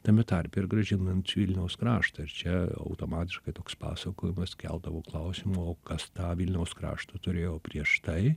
tame tarpe ir grąžinant vilniaus kraštą ir čia automatiškai toks pasakojimas keldavo klausimą o kas tą vilniaus kraštą turėjo prieš tai